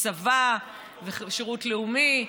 וצבא ושירות לאומי,